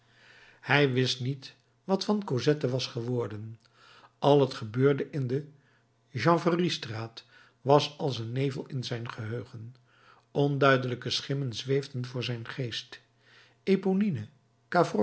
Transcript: hij wist niet wat van cosette was geworden al het gebeurde in de chanvreriestraat was als een nevel in zijn geheugen onduidelijke schimmen zweefden voor zijn geest